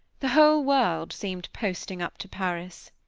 the whole world seemed posting up to paris.